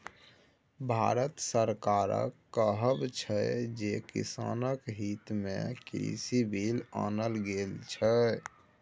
भारत सरकारक कहब छै जे किसानक हितमे कृषि बिल आनल गेल छै